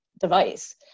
device